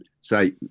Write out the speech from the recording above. say